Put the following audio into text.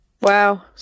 wow